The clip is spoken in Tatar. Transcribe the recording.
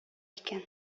икән